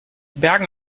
bergen